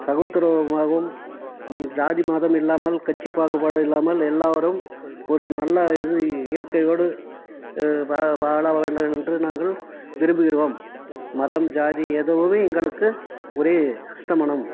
சகோத்துருவமாகவும் ஜாதி மதம் இல்லாமல் கட்சி பாகுபாடு இல்லாமல் எல்லோரும் ஒரு நல்ல இது இயற்கையோடு வாழ வேண்டும் என நாங்கள் விருப்புகிறோம் மதம் ஜாதி எதுவுமே எங்களுக்கு ஒரே அஸ்தமனம்